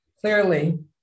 Clearly